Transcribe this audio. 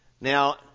Now